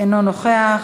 אינו נוכח,